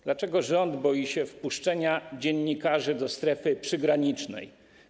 Dlaczego rząd boi się wpuszczenia dziennikarzy do strefy przygranicznej?